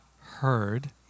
heard